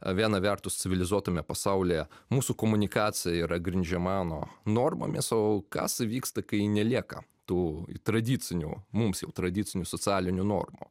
viena vertus civilizuotame pasaulyje mūsų komunikacija yra grindžiama nu normomis o kas vyksta kai nelieka tų tradicinių mums jau tradicinių socialinių normų